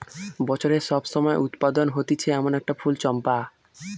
বছরের সব সময় উৎপাদন হতিছে এমন একটা ফুল চম্পা